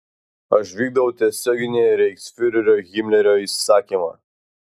aš vykdau tiesioginį reichsfiurerio himlerio įsakymą